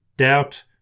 doubt